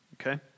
Okay